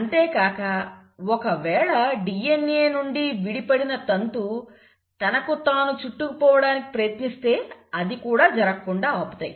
అంతేకాక ఒకవేళ DNA నుండి విడిపడిన తంతు తనకు తాను చుట్టుకుపోవడానికి ప్రయత్నిస్తే అది జరగకుండా ఆపుతాయి